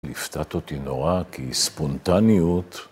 הפתעת אותי נורא כי ספונטניות